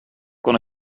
kon